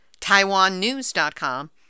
TaiwanNews.com